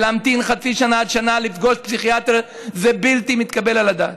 ולהמתין חצי שנה עד שנה לפגוש פסיכיאטר זה בלתי מתקבל על הדעת.